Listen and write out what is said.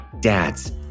Dads